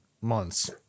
months